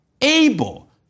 able